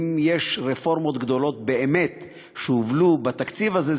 אם יש רפורמות גדולות באמת שהובלו בתקציב הזה,